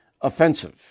Offensive